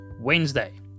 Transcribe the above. wednesday